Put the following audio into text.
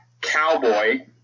cowboy